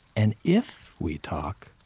and if we talk,